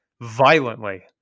violently